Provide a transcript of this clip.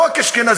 לא רק אשכנזיות,